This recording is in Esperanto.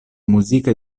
muzika